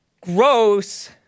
Gross